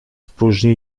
próżni